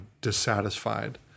dissatisfied